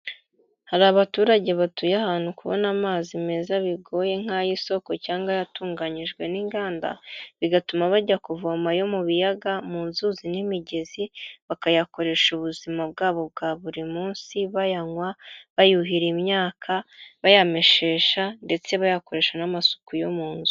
Hari abaturage batuye ahantu kubona amazi meza bigoye nk'ay'isoko cyangwa yatunganyijwe n'inganda, bigatuma bajya kuvomayo mu biyaga, mu nzuzi n'imigezi, bakayakoresha mu buzima bwabo bwa buri munsi, bayanywa, bayuhira imyaka, bayameshesha ndetse bayakoresha n'amasuku yo mu nzu.